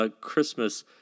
Christmas